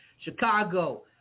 Chicago